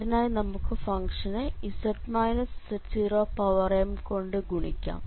അതിനായി നമുക്ക് ഫംഗ്ഷനെ z z0m കൊണ്ട് ഗുണിക്കാം